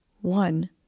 One